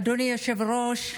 אדוני היושב-ראש,